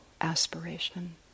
aspiration